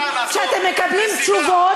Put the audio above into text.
אתם מקבלים תשובות.